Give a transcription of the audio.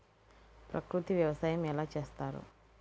ప్రకృతి వ్యవసాయం ఎలా చేస్తారు?